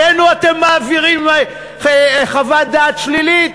עלינו אתם מעבירים חוות דעת שלילית?